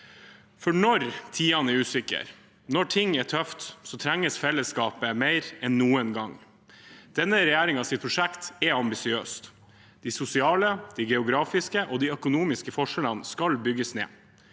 Når tidene er usikre, når ting er tøft, trengs fellesskapet mer enn noen gang. Denne regjeringens prosjekt er ambisiøst. De sosiale, de geografiske og de økonomiske forskjellene skal bygges ned.